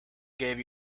gave